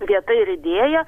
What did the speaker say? vieta ir idėja